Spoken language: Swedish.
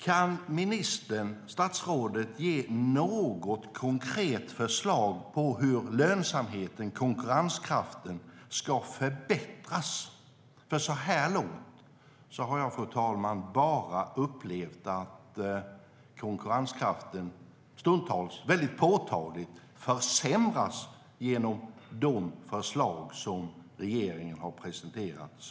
Kan statsrådet ge något konkret förslag på hur lönsamheten, konkurrenskraften, ska förbättras? Så här långt har jag bara upplevt att konkurrenskraften, stundtals väldigt påtagligt, försämras genom de förslag som regeringen har presenterat.